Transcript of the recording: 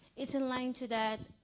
it's in line to that